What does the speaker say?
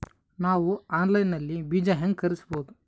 ನಾವು ಆನ್ಲೈನ್ ನಲ್ಲಿ ಬೀಜ ಹೆಂಗ ಖರೀದಿಸಬೋದ?